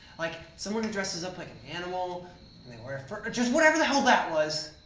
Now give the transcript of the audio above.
like someone who dresses up like an animal and they wear fur, and just whatever the hell that was,